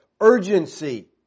urgency